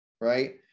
right